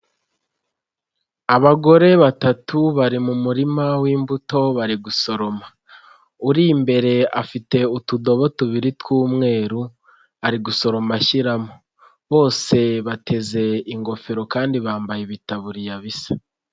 Abagore batatu bari mu murima w'imbuto bari gusoroma, uri imbere afite utudobo tubiri tw'umweru ari gusoroma ashyiramo, bose bateze ingofero kandi bambaye ibitaburiya bisa.